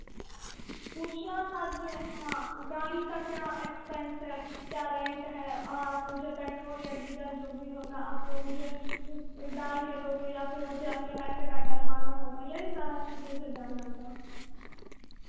पूछना था जो हाँ गाड़ी का क्या एक्सपेंस है क्या रेंट है और आप मुझे पेट्रोल या डीजल जो भी होगा आप वह मुझे डाल के दोगे या फिर मुझे अपने पैसे का डलवाना होगा यही सारा चीज़ मुझे जानना था